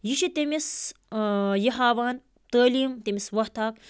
یہِ چھِ تٔمِس یہِ ہاوان تعلیٖم تٔمِس وَتھ اَکھ